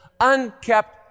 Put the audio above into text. unkept